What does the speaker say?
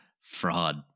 fraud